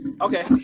Okay